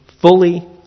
fully